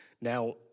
Now